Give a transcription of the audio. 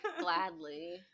gladly